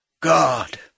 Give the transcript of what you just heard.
God